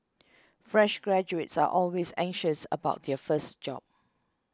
fresh graduates are always anxious about their first job